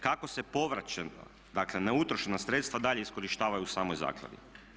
Kako se povraćen, dakle neutrošena sredstva dalje iskorištavaju u samoj zakladi?